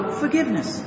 forgiveness